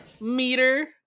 meter